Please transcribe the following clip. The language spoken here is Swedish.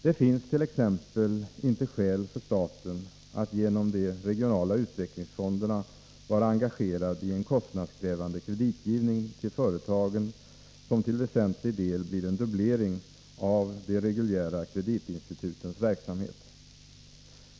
Det finns t.ex. inte skäl för staten att genom de regionala utvecklingsfonderna vara engagerad i en kostnadskrävande kreditgivning till företagen som till väsentlig del innebär en dubblering av de reguljära kreditinstitutens verksamhet.